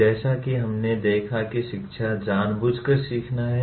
जैसा कि हमने देखा कि शिक्षा जानबूझकर सीखना है